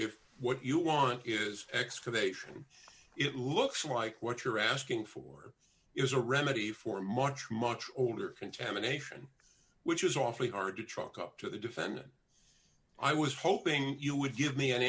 if what you want is excavation it looks like what you're asking for is a remedy for a much much older contamination which is awfully hard to truck up to the defendant i was hoping you would give me an